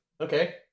Okay